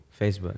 Facebook